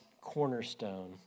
cornerstone